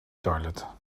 toilet